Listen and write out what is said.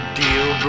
deal